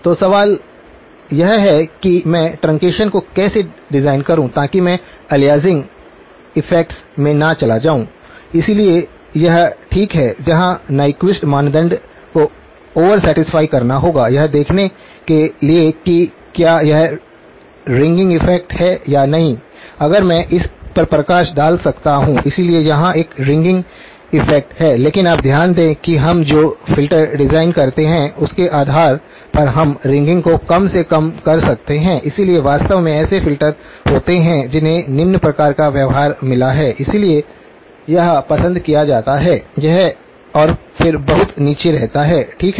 तो सवाल यह है कि मैं ट्रंकेशन को कैसे डिजाइन करूं ताकि मैं अलियासिंग इफेक्ट्स में न चला जाऊं इसलिए यह ठीक है जहां न्यक्विस्ट मानदंड को ओवर सेटिस्फाई करना होगा यह देखने के लिए कि क्या यह रिंगिंग इफेक्ट है या नहीं अगर मैं इस पर प्रकाश डाल सकता हूँ इसलिए यहां एक रिंगिंग इफेक्ट है लेकिन आप ध्यान दें कि हम जो फिल्टर डिजाइन करते हैं उसके आधार पर हम रिंगिंग को कम से कम कर सकते हैं इसलिए वास्तव में ऐसे फिल्टर होते हैं जिन्हें निम्न प्रकार का व्यवहार मिला है इसलिए यह पसंद किया जाता है यह और फिर बहुत नीचे रहता है ठीक है